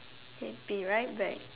okay be right back